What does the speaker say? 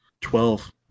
Twelve